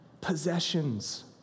possessions